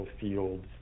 fields